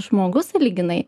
žmogus sąlyginai